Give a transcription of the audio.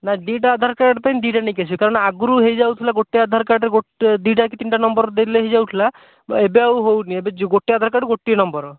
ନା ଦୁଇଟା ଆଧାର କାର୍ଡ଼ ପାଇଁ ଦୁଇଟା ନେଇକି ଆସିବେ କାରଣ ଆଗରୁ ହେଇଯାଉଥିଲା ଗୋଟେ ଆଧାର କାର୍ଡ଼ରେ ଗୋଟେ ଦୁଇଟା କି ତିନିଟା ନମ୍ବର ଦେଲେ ହେଇଯାଉଥିଲା ଏବେ ଆଉ ହେଉନି ଏବେ ଗୋଟେ ଆଧାର କାର୍ଡ଼କୁ ଗୋଟିଏ ନମ୍ବର